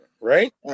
right